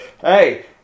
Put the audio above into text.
Hey